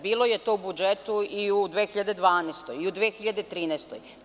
Bilo je to u budžetu i u 2012. i u 2013. godini.